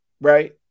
right